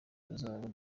bazaba